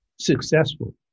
successful